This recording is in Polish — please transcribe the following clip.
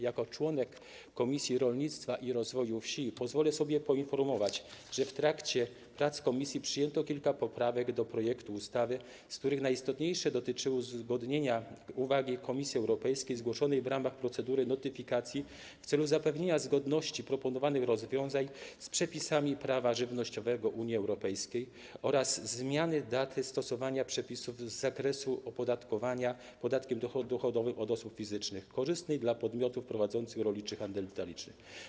Jako członek Komisji Rolnictwa i Rozwoju Wsi pozwolę sobie poinformować, że w trakcie prac komisji przyjęto kilka poprawek do projektu ustawy, z których najistotniejsze dotyczyły uwzględnienia uwagi Komisji Europejskiej zgłoszonej w ramach procedury notyfikacji w celu zapewnienia zgodności proponowanych rozwiązań z przepisami prawa żywnościowego Unii Europejskiej oraz zmiany daty stosowania przepisów z zakresu opodatkowania podatkiem dochodowym od osób fizycznych korzystnej dla podmiotów prowadzących rolniczy handel detaliczny.